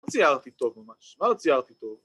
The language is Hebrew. ‫מה ציירתי טוב ממש? ‫מה לא ציירתי טוב?